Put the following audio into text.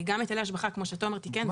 גם היטלי השבחה כמו שתומר תיקן,